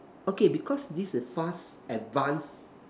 okay because this is fast advance